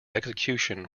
execution